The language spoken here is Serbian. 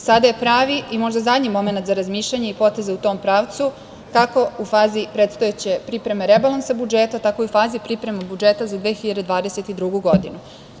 Sada je pravi i možda zadnji momenat za razmišljanje i poteze u tom pravcu kako u fazi predstojeće pripreme rebalansa budžeta, tako i u fazi pripreme budžeta za 2022. godinu.